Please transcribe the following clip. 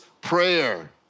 prayer